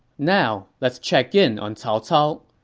now, let's check in on cao cao.